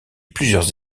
plusieurs